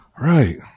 Right